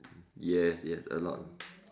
yes yes a lot